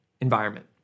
environment